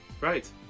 right